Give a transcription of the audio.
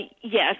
yes